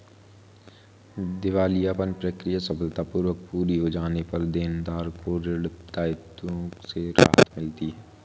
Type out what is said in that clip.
दिवालियापन प्रक्रिया सफलतापूर्वक पूरी हो जाने पर देनदार को ऋण दायित्वों से राहत मिलती है